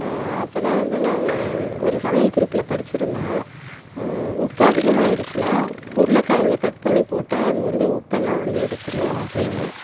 அப்போதான் வந்து நான் ஒரு சமையல் குறிப்பில் படிச்சி இருந்தேன் உப்பு அதிகமாயிடுச்சின்னா உருளைக்கெழங்க கட் பண்ணி போட்டா அது வந்து உப்பெல்லாம் வந்து எடுத்துரும் அப்படின்னு